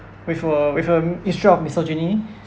with a with a issue of misogyny